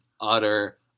utter